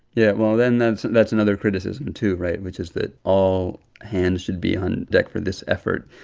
yeah. well, then, that's that's another criticism too right? which is that all hands should be on deck for this effort.